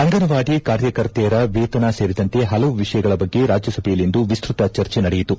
ಅಂಗನವಾಡಿ ಕಾರ್ಯಕರ್ತೆಯರ ವೇತನ ಸೇರಿದಂತೆ ಪಲವು ವಿಷಯಗಳ ಬಗ್ಗೆ ರಾಜ್ಯಸಭೆಯಲ್ಲಿಂದು ವಿಸ್ತತ ಚರ್ಚೆ ನಡೆಯಿತು